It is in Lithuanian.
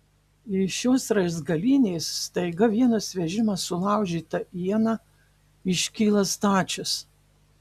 iš šios raizgalynės staiga vienas vežimas sulaužyta iena iškyla stačias